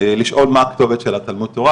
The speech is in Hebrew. לשאול מה הכתובת של התלמוד תורה,